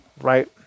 right